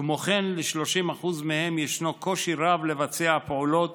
כמו כן, ל-30% מהם יש קושי רב לבצע פעולות